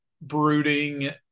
brooding